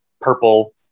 purple